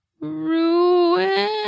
Ruin